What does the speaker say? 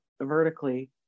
vertically